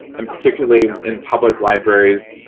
and particularly in public libraries,